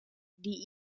die